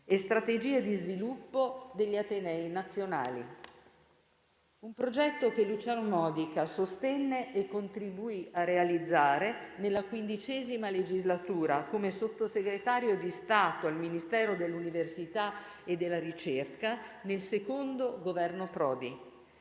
e strategie di sviluppo degli atenei nazionali: un progetto che Luciano Modica sostenne e contribuì a realizzare nella XV legislatura come Sottosegretario di Stato al Ministero dell'università e della ricerca nel secondo Governo Prodi.